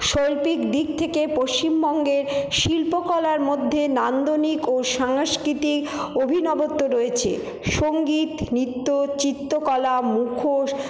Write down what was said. শৈল্পিক দিক থেকে পশ্চিমবঙ্গে শিল্পকলার মধ্যে নান্দনিক ও সাংস্কৃতিক অভিনবত্ব রয়েছে সঙ্গীত নৃত্য চিত্রকলা মুখোশ